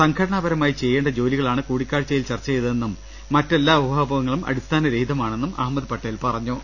സംഘടനാപരമായി ചെയ്യേണ്ട ജോലി കളാണ് കൂടിക്കാഴ്ച്ചയിൽ ചർച്ച ചെയ്തതെന്നും മറ്റെല്ലാ ഊഹാപോ ഹങ്ങളും അടിസ്ഥാനരഹിതമാണെന്നും അഹമ്മദ് പട്ടേൽ പറഞ്ഞു